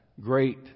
great